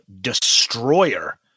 Destroyer